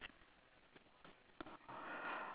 I got uh six tree